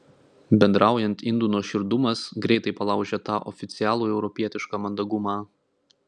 bendraujant indų nuoširdumas greitai palaužia tą oficialų europietišką mandagumą